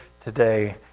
today